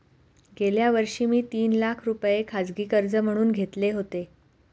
गेल्या वर्षी मी तीन लाख रुपये खाजगी कर्ज म्हणून घेतले होते